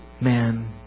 man